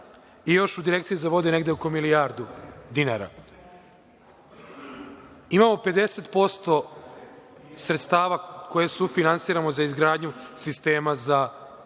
i još u Direkciji za vode negde oko milijardu. Imamo 50% sredstava koje sufinansiramo za izgradnju sistema za